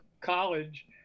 college